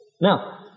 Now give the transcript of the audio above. Now